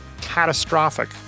catastrophic